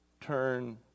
Turn